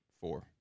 four